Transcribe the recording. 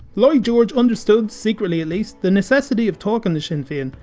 lloyd george understood, secretly at least, the necessity of talking to sinn fein.